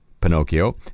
Pinocchio